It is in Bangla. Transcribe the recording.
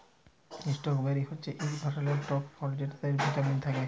ইস্টরবেরি হচ্যে ইক ধরলের টক ফল যেটতে ভিটামিল থ্যাকে